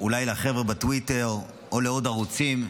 אולי לחבר'ה בטוויטר, או לעוד ערוצים: